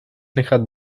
nechat